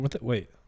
Wait